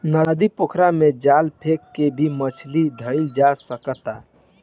नदी, पोखरा में जाल फेक के भी मछली धइल जा सकता